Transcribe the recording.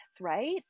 right